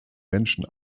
menschen